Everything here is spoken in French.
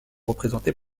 représentés